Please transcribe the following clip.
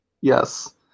Yes